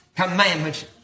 commandments